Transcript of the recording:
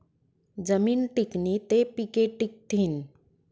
जमीन टिकनी ते पिके टिकथीन